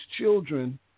children